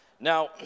Now